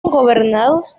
gobernados